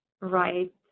right